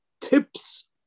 tips